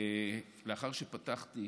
לאחר שפתחתי